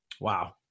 Wow